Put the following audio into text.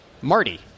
Marty